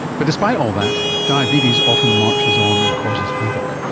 but despite all that, diabetes often marches on and causes havoc.